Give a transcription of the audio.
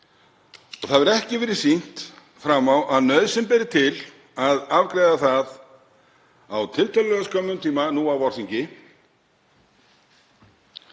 Það hefur ekki verið sýnt fram á að nauðsyn beri til að afgreiða það á tiltölulega skömmum tíma, nú á vorþingi,